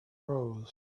rose